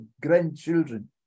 grandchildren